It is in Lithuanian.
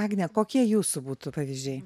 agne kokie jūsų būtų pavyzdžiai